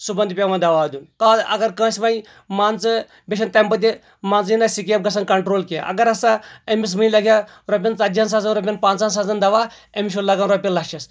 صبُحن تہِ پیٚوان دوہ دیُن کانٛہہ اَگر کٲنٛسہِ وۄنۍ مان ژٕ بیٚیہِ چھِ تَمہِ پَتہٕ یہِ مان ژٕ یہِ سکیب گژھان کَنٹرول کیٚنٛہہ اَگر ہسا أمِس وُنۍ لَگہِ ہا رۄپِین ژَتجی ہن ساسن رۄپیٚین پَنٛژاہن ساسَن دوہ اَمس چھُ لَگان رۄپِیہِ لَچھس